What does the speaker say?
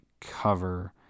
cover